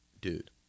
Dude